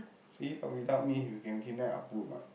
see if without me you can kidnap Appu or not